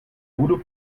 voodoo